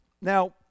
Now